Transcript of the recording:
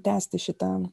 tęsti šitą